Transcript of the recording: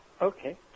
Okay